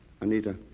anita